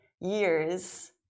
years